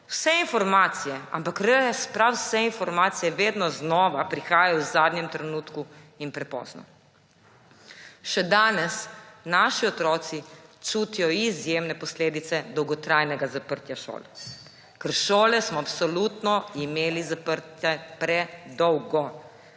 vse informacije, ampak res prav vse informacije vedno znova prihajajo v zadnjem trenutku in prepozno. Še danes naši otroci čutijo izjemne posledice dolgotrajnega zaprtja šol. Ker šole smo absolutno imeli zaprte predolgo.